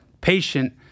patient